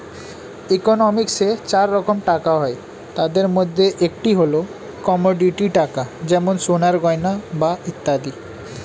ইকোনমিক্সে চার রকম টাকা হয়, তাদের মধ্যে একটি হল কমোডিটি টাকা যেমন সোনার গয়না বা ইত্যাদি